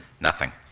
nothing.